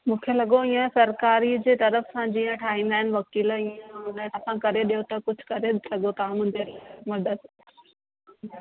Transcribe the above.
मूंखे लॻो हीअ सरिकार जे तरफ़ु सां जीअं ठाहींदा आहिनि वकील हीअं हुन हिसाबु करे ॾियो त कुझु करे सघो तव्हां मुंहिंजे लाइ मददु